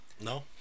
No